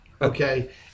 Okay